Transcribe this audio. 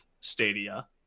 Stadia